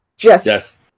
Yes